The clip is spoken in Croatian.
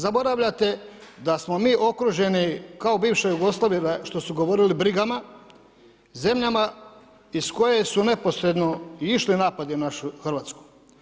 Zaboravljate, da smo mi okruženi, kao u bivšoj Jugoslaviji, što su govorili brigama, zemljama, iz koje su neposredno i išli napadi na našu Hrvatsku.